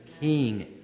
King